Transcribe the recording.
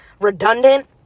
redundant